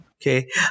Okay